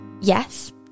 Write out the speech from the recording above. yes